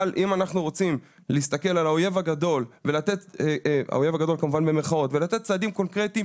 אם אנחנו רוצים להסתכל על "האויב הגדול" ולתת צעדים קונקרטיים,